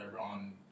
on